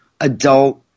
adult